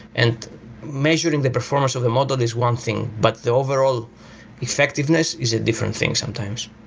and measuring the performance of the model is one thing, but the overall effectiveness is a different thing sometimes.